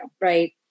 right